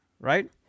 Right